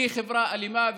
כחברה אלימה,